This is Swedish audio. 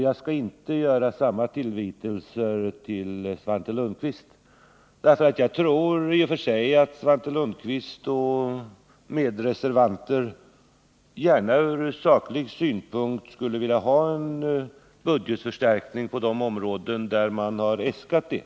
Jag skall inte ge Svante Lundkvist samma tillvitelser. Jag tror nämligen att Svante Lundkvist och hans medreservanter från saklig synpunkt gärna skulle vilja ha en budgetförstärkning på de områden där man har äskat detta.